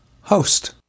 host